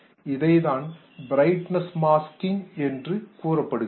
இதைத்தான் brightness masking வெளிச்சத்தை மறைத்தல் என்று கூறப்படுகிறது